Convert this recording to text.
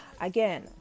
Again